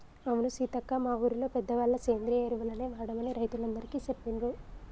అవును సీతక్క మా ఊరిలో పెద్దవాళ్ళ సేంద్రియ ఎరువులనే వాడమని రైతులందికీ సెప్పిండ్రు